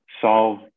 solve